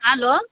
hello